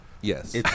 Yes